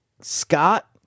Scott